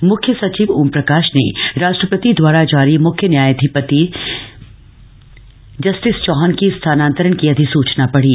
म्ख्य सचिव ओमप्रकाश ने राष्ट्रपति द्वारा जारी म्ख्य न्यायाधिपति जस्टिस चौहाम की स्थामांसरण की अधिसूचन पढ़ी